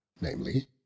namely